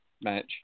match